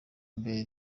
mbere